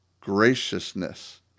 graciousness